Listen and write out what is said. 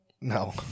No